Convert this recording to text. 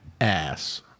ass